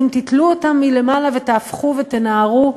אם תתלו אותם מלמעלה ותהפכו ותנערו,